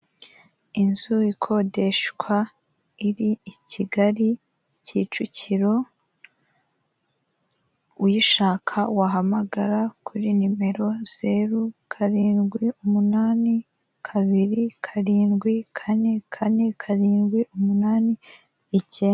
Inzu ikodeshwa iri i Kigali Kicukiro uyishaka wahamagara kuri nimero zero karindwi umunani kabiri karindwi kane kane karindwi umunani ikenda.